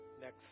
next